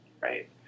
right